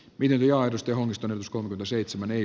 mikäli aidosti humisten uskonko seitsemän ei